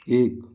एक